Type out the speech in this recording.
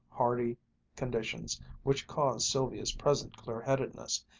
hardy conditions which caused sylvia's present clear-headedness,